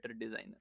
designer